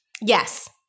Yes